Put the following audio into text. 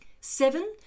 Seven